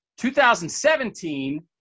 2017